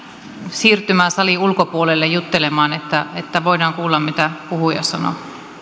siirtymään salin ulkopuolelle juttelemaan että että voidaan kuulla mitä puhuja sanoo